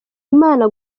imana